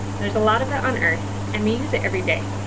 there's a lot of it on earth, and we use it every day.